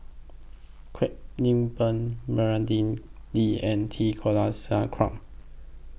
Kwek Leng Beng Lee and T Kulasekaram